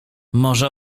może